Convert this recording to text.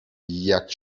jak